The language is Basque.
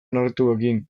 narratiboekin